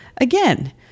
Again